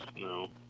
No